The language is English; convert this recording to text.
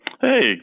hey